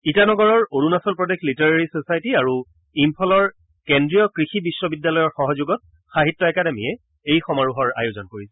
ইটানগৰৰ Arunachal Pradesh literary society আৰু ইম্ফলৰ কেন্দ্ৰীয় কৃষি বিশ্ববিদ্যালয়ৰ সহযোগত সাহিত্য একাডেমিয়ে এই সমাৰোহৰ আয়োজন কৰিছে